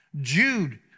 Jude